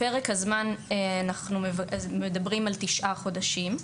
לגבי פרק הזמן, אנחנו מדברים על תשעה חודשים.